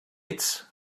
ets